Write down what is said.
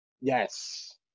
yes